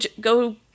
go